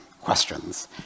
questions